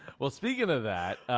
well, speaking of that,